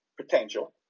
potential